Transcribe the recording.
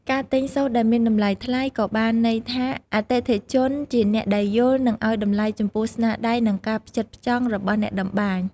ការទិញសូត្រដែលមានតម្លៃថ្លៃ ក៏បានន័យថាអតិថិជនជាអ្នកដែលយល់ និងឲ្យតម្លៃចំពោះស្នាដៃ និងការផ្ចិតផ្ចង់របស់អ្នកតម្បាញ។